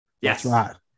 Yes